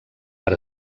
per